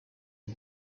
who